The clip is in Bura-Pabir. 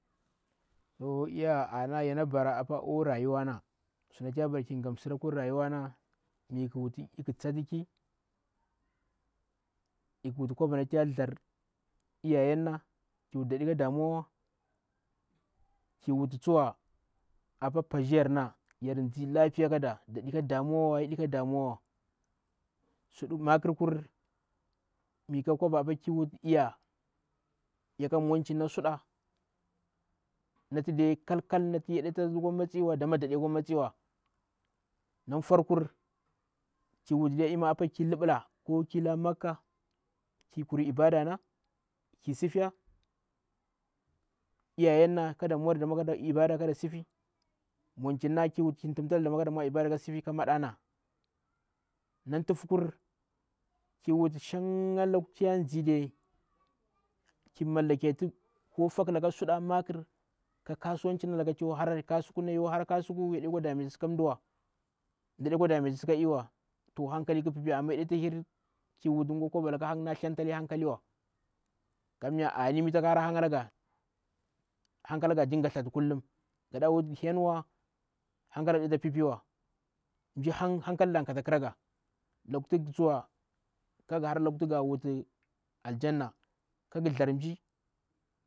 To ana iya yana bara oa rayuwana sunatu yabara oa rayuwana mkikwuta te tsattiki, mikhi wuti ko ba tiya thzdjar lyayanna ki wuta daɗe ka dawuwa ki wuti tsuwa akwa patghira yauna nati yar ndzi gaba, da nɗeka dawuwa. Makir kur ki wuta yaka muchina suɗa natu de kal kal nati yadeta lukwa matsiwa dama dadetaka matsiwa kaya ndzi lafiya kada daɗeka damuwawa yadeka damuwa. Na foar kur ki wuta de apa lma kilibla ko kila makka, ki kuri lbadana kisifiya, iyyan na dama kada mwari kada ibada kada sifi, mwancinna kiwuti ki timta lada kada mwa kada ibada kala sifi ka maɗana. Na tuhfukur kiwude ki mallaket ko fakulaka suɗa ko mkr kasuwan a laka yakwa heri i kasuku laka tu yakara kasuku yakwa harai yaɗi dametisi kamduwa, mda ɗekwa dame tisi ka iwa to hankali khi pii pii. Amma yade kwa hir kiwuti koba laka nati a tsthen tali hankaliwa. Kamiya anni mtakhara han alaga ta dinga tsthti hankalaga, gaɗa wu ti henwa hankalaga naa pii piiwa. Mmajii han hanka llada aah kah takraga khu tsuwa kaghu hara laku tih gawuti aljanna kagil garamgi.